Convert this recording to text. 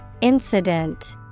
Incident